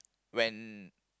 when